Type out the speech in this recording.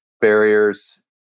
barriers